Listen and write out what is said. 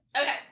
Okay